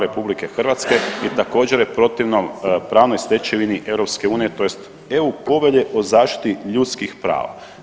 RH je također protivno pravnoj stečevini EU tj. EU povelje o zaštiti ljudskih prava.